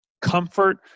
comfort